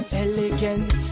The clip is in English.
elegant